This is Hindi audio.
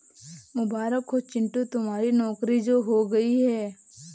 मुबारक हो चिंटू तुम्हारी नौकरी जो हो गई है